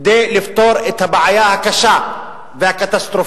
כדי לפתור את הבעיה הקשה והקטסטרופלית